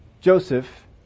Joseph